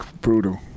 brutal